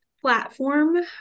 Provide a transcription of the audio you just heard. platform